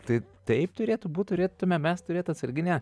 tai taip turėtų būt turėtume mes turėt atsarginę